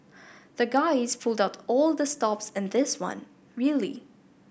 the guys pulled out all the stops in this one really